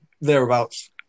thereabouts